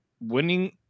winning